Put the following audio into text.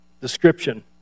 description